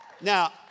Now